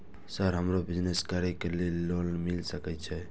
Sir हमरो business करके ली ये लोन मिल सके छे?